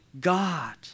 God